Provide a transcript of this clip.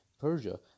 Persia